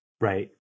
Right